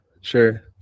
sure